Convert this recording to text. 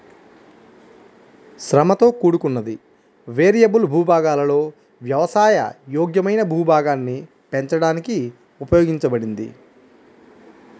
శ్రమతో కూడుకున్నది, వేరియబుల్ భూభాగాలలో వ్యవసాయ యోగ్యమైన భూభాగాన్ని పెంచడానికి ఉపయోగించబడింది